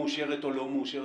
לא מאושרת,